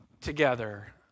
together